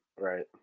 right